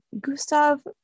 Gustav